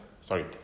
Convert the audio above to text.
sorry